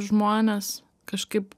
žmones kažkaip